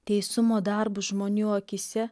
teisumo darbus žmonių akyse